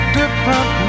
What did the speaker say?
different